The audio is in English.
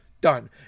Done